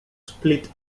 split